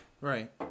Right